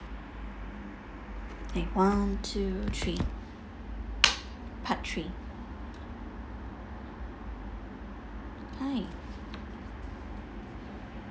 okay one two three part three hi